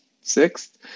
sixth